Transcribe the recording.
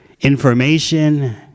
information